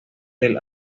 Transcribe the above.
del